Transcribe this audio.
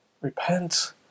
Repent